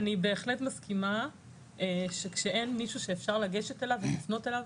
אני בהחלט מסכימה שכשאין מישהו שאפשר לגשת אליו ולפנות אליו,